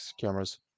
cameras